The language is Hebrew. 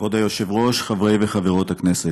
כבוד היושבת-ראש, חברי וחברות הכנסת,